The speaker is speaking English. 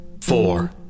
four